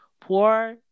poor